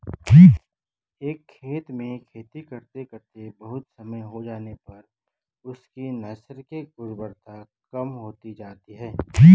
एक खेत में खेती करते करते बहुत समय हो जाने पर उसकी नैसर्गिक उर्वरता कम हो जाती है